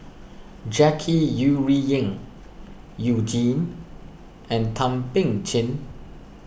Jackie Yi Ru Ying You Jin and Thum Ping Tjin